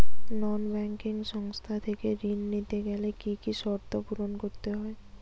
নন banking সংস্থা থেকে ঋণ নিতে গেলে কি কি শর্ত পূরণ করতে হয়?